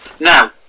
Now